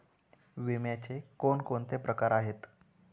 विम्याचे कोणकोणते प्रकार आहेत?